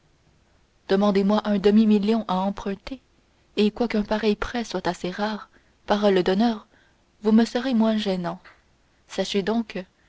demandez-moi un demi-million à emprunter et quoiqu'un pareil prêt soit assez rare parole d'honneur vous me serez moins gênant sachez donc